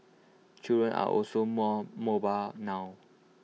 children are also more mobile now